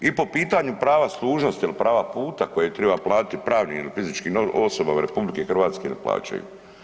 I po pitanju prava služnosti il prava puta kojeg bi triba platiti pravnim ili fizičkim osobama RH ne plaćaju.